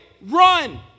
Run